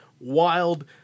wild